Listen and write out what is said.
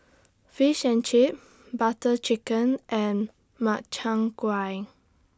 Fish and Chips Butter Chicken and Makchang Gui